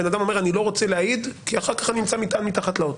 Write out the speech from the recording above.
בן אדם אומר שהוא לא רוצה להעיד כי אחר כך אני אמצא מטען מתחת לאוטו.